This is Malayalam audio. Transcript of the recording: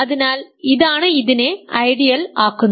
അതിനാൽ ഇതാണ് ഇതിനെ ഐഡിയൽ ആക്കുന്നത്